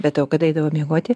be tai o kada eidavo miegoti